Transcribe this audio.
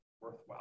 worthwhile